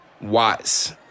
Watts